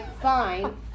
fine